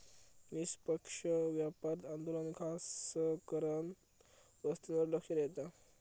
निष्पक्ष व्यापार आंदोलन खासकरान वस्तूंवर लक्ष देता